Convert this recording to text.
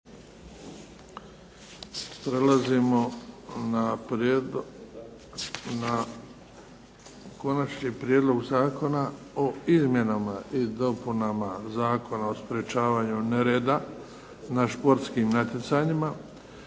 Prelazimo na Konačni prijedlog zakona o izmjenama i dopunama Zakona o sprječavanju nereda na sportskim natjecanjima.